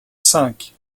cinq